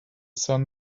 sun